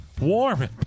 warm